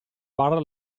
barra